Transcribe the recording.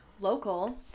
local